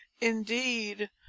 Indeed